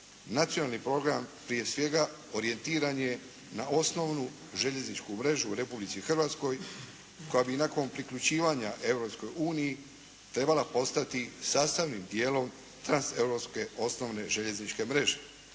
nacionalni program prije svega orijentiran je na osnovnu željezničku mrežu u Republici Hrvatskoj koja bi i nakon priključivanja Europskoj uniji trebala postati sastavnim dijelom transeuropske osnovne željezničke mreže.